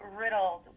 riddled